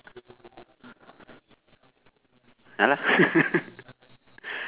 ya lah